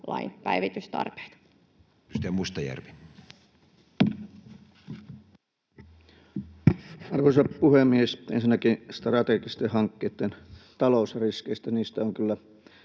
päivitystarpeita. Edustaja Mustajärvi. Arvoisa puhemies! Ensinnäkin strategisten hankkeitten talousriskeistä: Niitä on jo